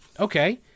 Okay